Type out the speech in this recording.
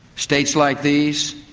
states like these,